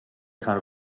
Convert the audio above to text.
kind